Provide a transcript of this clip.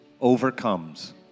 overcomes